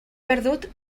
perdut